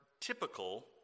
typical